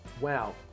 Wow